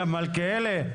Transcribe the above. מלכיאלי,